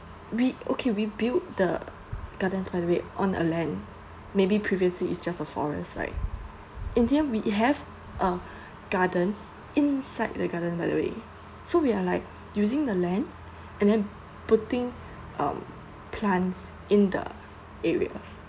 we okay we built the Gardens by the Bay on a land maybe previously it's just a forest like in the end we have uh garden inside the Gardens by the Bay so we are like using the land and then putting um plants in the area